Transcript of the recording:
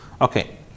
Okay